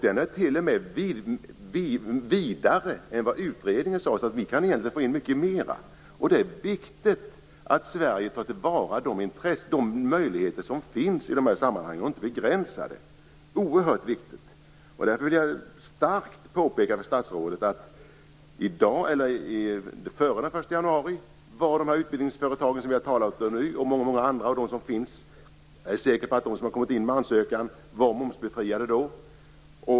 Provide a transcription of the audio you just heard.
Den är t.o.m. vidare än vad man sade i utredningen, så ni kan egentligen få in mycket mer. Det är viktigt att Sverige tar till vara de möjligheter som finns i de här sammanhangen, och inte begränsar dem. Det är oerhört viktigt. Därför vill jag starkt påpeka för statsrådet att före den 1 januari var de utbildningsföretag som vi har talat om, liksom många andra av de företag som finns, momsbefriade. Jag är säker på att de företag som kommit in med ansökan var momsbefriade då.